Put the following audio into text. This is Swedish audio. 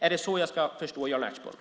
Är det så jag ska förstå Jan Ertsborn?